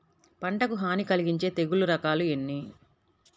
పంటకు హాని కలిగించే తెగుళ్ళ రకాలు ఎన్ని?